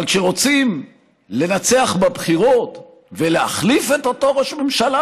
אבל כשרוצים לנצח בבחירות ולהחליף את אותו ראש ממשלה,